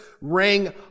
rang